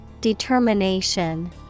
Determination